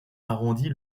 arrondie